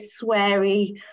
sweary